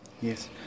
Yes